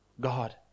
God